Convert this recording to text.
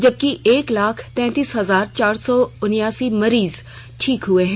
जबकि एक लाख तैंतीस हजार चार सौ उनासी मरीज ठीक हुए हैं